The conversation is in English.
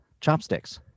chopsticks